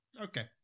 okay